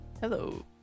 Hello